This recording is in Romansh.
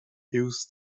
ius